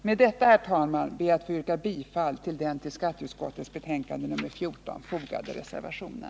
Med detta, herr talman, ber jag att få yrka bifall till den till skatteutskottets betänkande nr 14 fogade reservationen.